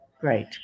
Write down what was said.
Great